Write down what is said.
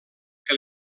que